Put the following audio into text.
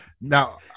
now